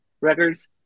records